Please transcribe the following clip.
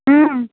ହୁଁ